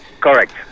correct